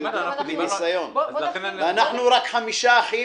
כשנדרש צו ירושה,